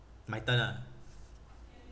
my turn ah